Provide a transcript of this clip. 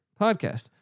podcast